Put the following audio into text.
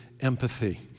empathy